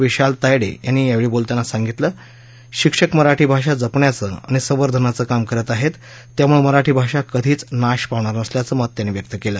विशाल तायडे यांनी यावेळी बोलतांना शिक्षक मराठी भाषा जपण्याचं आणि संवर्धनाचं काम करत आहेत त्यामुळे मराठी भाषा कधीच नाश पावणार नसल्याचं मत व्यक्त केलं